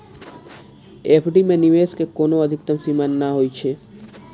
FD मे निवेश के कोनो अधिकतम सीमा नै होइ छै